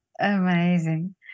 amazing